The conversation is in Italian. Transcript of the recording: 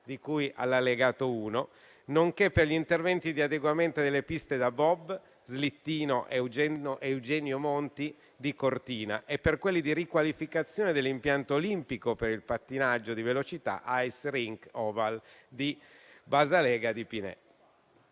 di cui all'allegato 1, nonché per gli interventi di adeguamento delle piste da bob e slittino «Eugenio Monti» di Cortina e per quelli di riqualificazione dell'impianto olimpico per il pattinaggio di velocità «Ice Rink Oval», di Baselga di Piné.